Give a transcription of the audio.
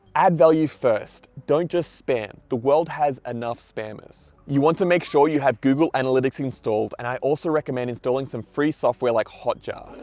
add value first. don't just spam. the world has enough spammers. you want to make sure you have google analytics installed and i also recommend installing some free software like hotjar.